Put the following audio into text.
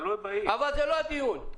אבל זה לא הדיון.